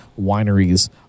wineries